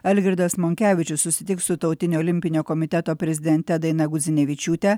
algirdas monkevičius susitiks su tautinio olimpinio komiteto prezidente daina gudzinevičiūtė